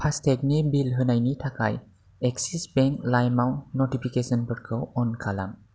फास्टेगनि बिल होनायनि थाखाय एक्सिस बेंक लाइमाव नटिफिकेसनफोरखौ अन खालाम